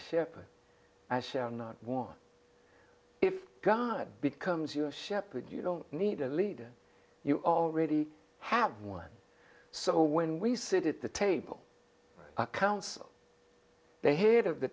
shepherd i shall not want if god becomes your shepherd you don't need a leader you already have one so when we sit at the table a council they head of the